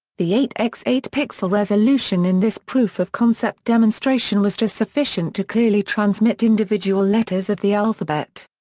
the eight x eight pixel resolution in this proof-of-concept demonstration was just sufficient to clearly transmit individual letters of the alphabet.